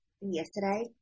yesterday